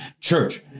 Church